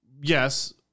Yes